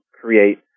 create